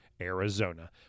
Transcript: Arizona